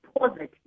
positive